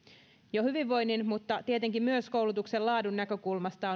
jo hyvinvoinnin mutta tietenkin myös koulutuksen laadun näkökulmasta